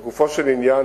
לגופו של עניין,